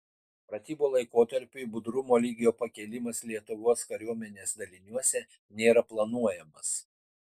pratybų laikotarpiui budrumo lygio pakėlimas lietuvos kariuomenės daliniuose nėra planuojamas